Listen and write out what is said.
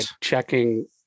checking